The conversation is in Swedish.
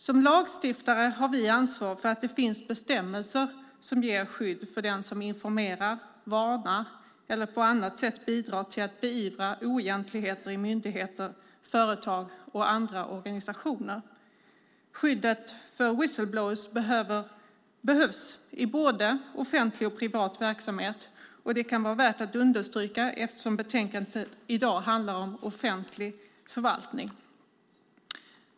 Som lagstiftare har vi ansvar för att det finns bestämmelser som ger skydd för den som informerar, varnar eller på annat sätt bidrar till att beivra oegentligheter i myndigheter, företag och andra organisationer. Skyddet för whistle-blowers behövs i både offentlig och privat verksamhet. Detta kan vara värt att understryka eftersom betänkandet i dag handlar om offentlig förvaltning.